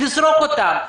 לזרוק אותם.